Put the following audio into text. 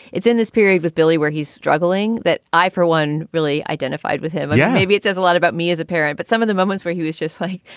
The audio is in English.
it's in this period with billy where he's struggling that i, for one, really identified with him. yeah, maybe it says a lot about me as a parent. but some of the moments where he was just like,